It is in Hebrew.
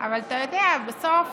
אבל אתה יודע, בסוף